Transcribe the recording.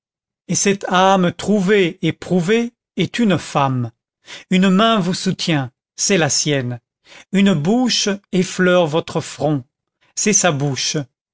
et cette âme trouvée et prouvée est une femme une main vous soutient c'est la sienne une bouche effleure votre front c'est sa bouche